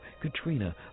Katrina